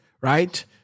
Right